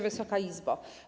Wysoka Izbo!